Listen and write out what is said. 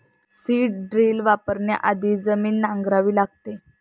seed drill वापरण्याआधी जमीन नांगरावी लागते